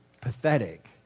pathetic